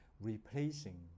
replacing